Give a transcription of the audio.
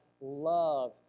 love